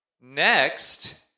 Next